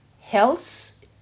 health